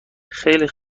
خیلی